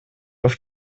auf